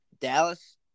Dallas